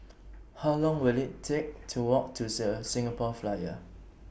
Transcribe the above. How Long Will IT Take to Walk to The Singapore Flyer